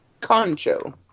Concho